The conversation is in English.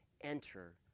enter